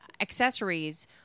accessories